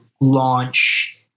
launch